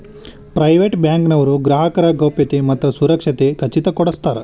private bank ನವರು ಗ್ರಾಹಕರ ಗೌಪ್ಯತೆ ಮತ್ತ ಸುರಕ್ಷತೆ ಖಚಿತ ಕೊಡ್ಸತಾರ